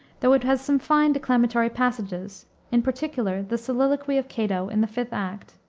though it has some fine declamatory passages in particular the soliloquy of cato in the fifth act